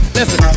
Listen